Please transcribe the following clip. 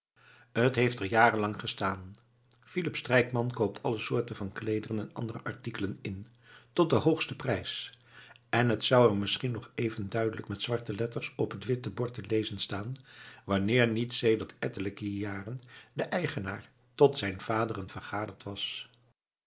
t heeft er jaren lang gestaan philip strijkman koopt alle soorten van kleederen en andere artikelen in tot den hoogsten prijs en t zou er misschen nog even duidelijk met zwarte letters op t witte bord te lezen staan wanneer niet sedert ettelijke jaren de eigenaar tot zijn vaderen vergaderd was